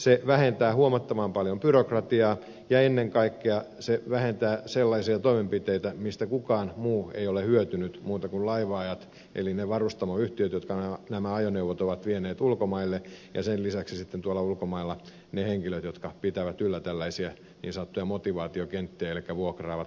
se vähentää huomattavan paljon byrokratiaa ja ennen kaikkea se vähentää sellaisia toimenpiteitä joista kukaan muu ei ole hyötynyt kuin laivaajat eli ne varustamoyhtiöt jotka nämä ajoneuvot ovat vieneet ulkomaille ja sen lisäksi sitten tuolla ulkomailla ne henkilöt jotka pitävät yllä tällaisia niin sanottuja motivaatiokenttiä elikkä vuokraavat parkkitilaa